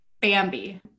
bambi